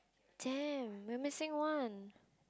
damn we are missing one